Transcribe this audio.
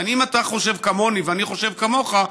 אם אתה חושב כמוני ואני חושב כמוך,